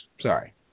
Sorry